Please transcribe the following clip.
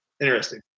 Interesting